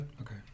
Okay